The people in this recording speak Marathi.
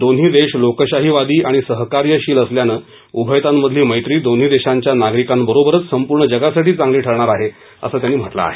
दोन्ही देश लोकशाहीवादी आणि सहकार्यशील असल्यानं उभयतांमधली मैत्री दोन्ही देशांच्या नागरिकांबरोबरच संपूर्ण जगासाठी चांगली ठरणार आहे असं त्यांनी म्हटलं आहे